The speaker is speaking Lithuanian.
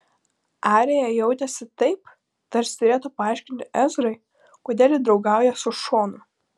arija jautėsi taip tarsi turėtų paaiškinti ezrai kodėl ji draugauja su šonu